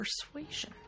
persuasion